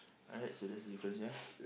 alright so that's the difference ya